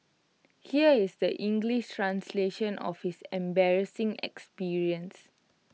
here is the English translation of his embarrassing experience